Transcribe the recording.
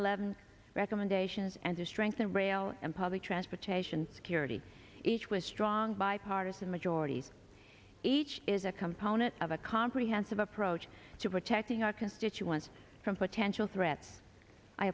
eleven recommendations and to strengthen rail and public transportation security each with strong bipartisan majorities each is a component of a comprehensive approach to protecting our constituents from potential threats i